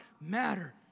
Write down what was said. matter